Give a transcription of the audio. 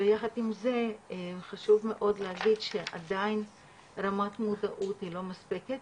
ויחד עם זה חשוב מאוד להגיד שעדיין רמת מודעות היא לא מספקת.